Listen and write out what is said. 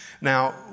Now